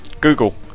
Google